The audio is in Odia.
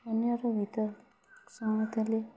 ଅନ୍ୟର ଗୀତ ଶୁଣୁଥିଲି